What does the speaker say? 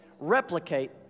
replicate